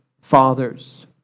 fathers